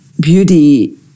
beauty